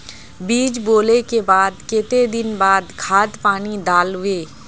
बीज बोले के बाद केते दिन बाद खाद पानी दाल वे?